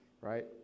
right